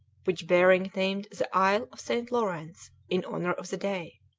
which behring named the isle of st. lawrence in honour of the day.